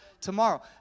tomorrow